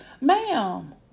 Ma'am